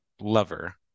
lover